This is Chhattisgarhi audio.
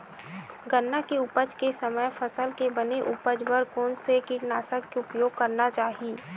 गन्ना के उपज के समय फसल के बने उपज बर कोन से कीटनाशक के उपयोग करना चाहि?